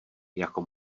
jako